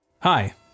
Hi